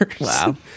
Wow